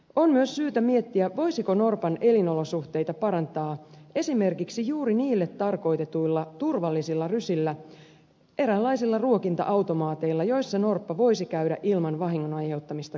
on myös syytä miettiä voisiko norpan elinolosuhteita parantaa esimerkiksi juuri niille tarkoitetuilla turvallisilla rysillä eräänlaisilla ruokinta automaateilla joissa norppa voisi käydä ilman vahingon aiheuttamista kalastajille